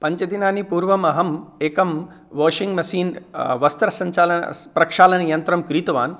पञ्चदिनानि पूर्वम् अहम् एकं वाशिङ्ग् मशिन् वस्त्रसञ्चालन प्रक्षालनयन्त्रं क्रीतवान्